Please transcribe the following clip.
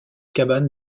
cabanes